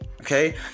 okay